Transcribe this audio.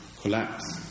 collapse